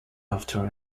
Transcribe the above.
after